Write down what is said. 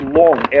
long